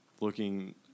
looking